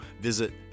visit